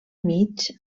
mig